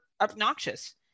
obnoxious